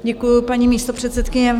Děkuju, paní místopředsedkyně.